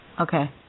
Okay